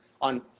on